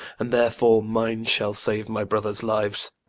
and therefore mine shall save my brothers' lives.